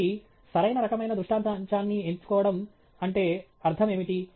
కాబట్టి సరైన రకమైన దృష్టాంతాన్ని ఎంచుకోవడం అంటే అర్థం ఏమిటి